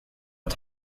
att